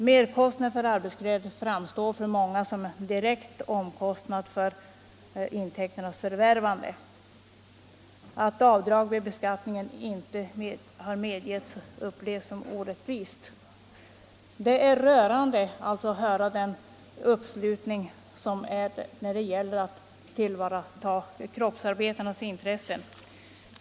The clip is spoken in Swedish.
Merkostnader för arbetskläder framstår för många som en direkt omkostnad för intäkternas förvärvande. Att avdrag vid beskattningen inte har medgetts upplevs som orättvist. Det är rörande att bevittna den uppslutning som här sker när det gäller att tillvarata kroppsarbetarnas intressen.